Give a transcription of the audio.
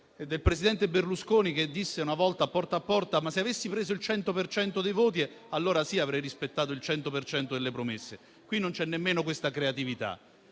è del presidente Berlusconi, che disse una volta a «Porta a porta»: «Se avessi preso il 100 per cento dei voti, allora sì avrei rispettato il 100 per cento delle promesse». Qui non c'è nemmeno questa creatività.